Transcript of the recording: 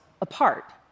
apart